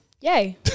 Yay